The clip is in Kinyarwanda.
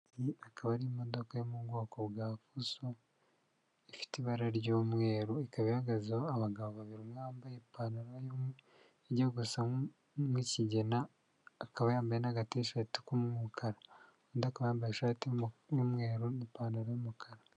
Iyi akaba ari imodoka yo mu bwoko bwa fuso ifite ibara ry'umweru ikaba ihagazeho abagabo babiri umwe bambaye ipantalo ijya gusa nk'ikigina akaba yambaye aga gatishati k'umukara undi akaba wambaye ishati y'umweru n'ipantalo y'umukara.